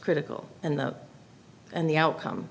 critical and the and the outcome